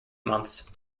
months